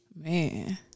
Man